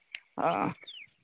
हाँ